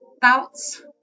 thoughts